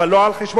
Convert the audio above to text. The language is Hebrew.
אבל לא על חשבון.